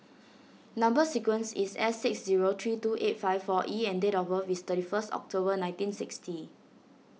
Number Sequence is S six zero three two eight five four E and date of birth is thirty first October nineteen sixty